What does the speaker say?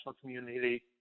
community